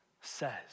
says